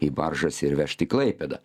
į baržas ir vežt į klaipėdą